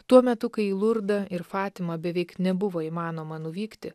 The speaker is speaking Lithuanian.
tuo metu kai į lurdą ir fatimą beveik nebuvo įmanoma nuvykti